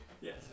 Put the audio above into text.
Yes